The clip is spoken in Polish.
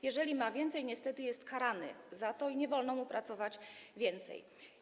Jeżeli ma więcej, niestety jest za to karany i nie wolno mu pracować więcej.